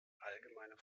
allgemeine